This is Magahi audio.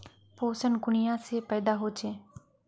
पोषण कुनियाँ से पैदा होचे?